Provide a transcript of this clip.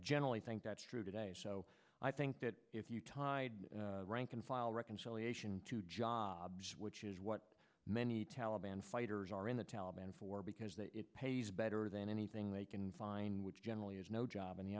generally think that's true today so i think that if you tied rank and file reconciliation to jobs which is what many taliban fighters are in the taliban for because that it pays better than anything they can find which generally is no job in the